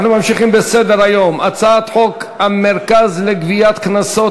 אנחנו ממשיכים בסדר-היום: הצעת חוק המרכז לגביית קנסות,